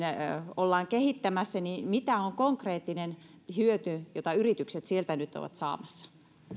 ollaan kehittämässä mitä on konkreettinen hyöty jota yritykset sieltä nyt ovat saamassa